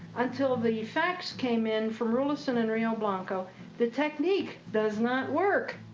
until the facts came in from rulison and rio blanco the technique does not work.